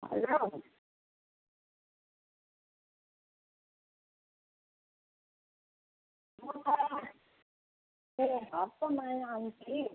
hello म त ए हर्कमाया आन्टी